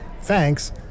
Thanks